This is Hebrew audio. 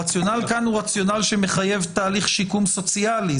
הרציונל כאן הוא רציונל שמחייב תהליך שיקום סוציאלי.